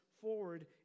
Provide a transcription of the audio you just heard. forward